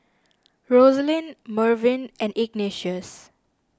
Roselyn Mervyn and Ignatius